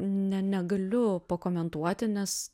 ne negaliu pakomentuoti nes